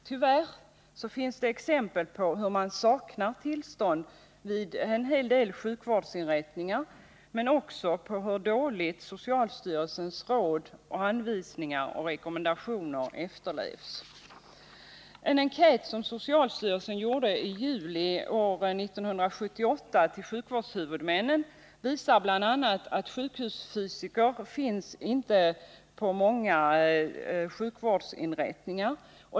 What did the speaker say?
Tyvärr finns det exempel på att man saknar tillstånd vid vissa sjukvårdsinrättningar men också på att socialstyrelsens råd, anvisningar och rekommendationer efterlevs dåligt. En enkät som socialstyrelsen gjort i juli år 1978 bland sjukvårdshuvudmännen visar bl.a. att sjukhusfysiker lyser med sin frånvaro hos de flesta sjukvårdshuvudmän.